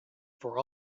for